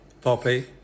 Poppy